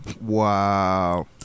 Wow